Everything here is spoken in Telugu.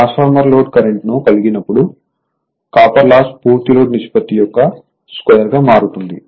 ట్రాన్స్ఫార్మర్ లోడ్ కరెంట్ ను కలిగి ఉన్నప్పుడు కాపర్ లాస్ పూర్తి లోడ్ నిష్పత్తి యొక్క స్క్వేర్ గా మారుతుంది